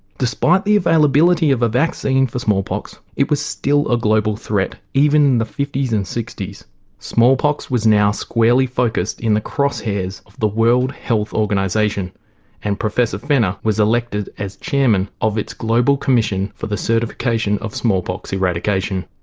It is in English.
despite the availability of a vaccine for smallpox it was still a global threat even in the fifty s and sixty s. smallpox was now squarely focussed in the cross hairs of the world health organisation and professor fenner was elected as chairman of its global commission for the certification of smallpox eradication.